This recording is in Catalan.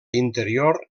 interior